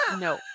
No